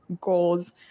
goals